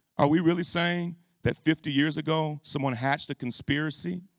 are we really saying that fifty years ago someone hatched a conspiracy